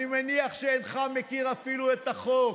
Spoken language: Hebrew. אני מניח שאינך מכיר אפילו את החוק,